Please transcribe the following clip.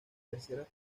tercera